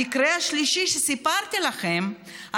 במקרה השלישי שסיפרתי לכם,